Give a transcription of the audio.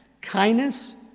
kindness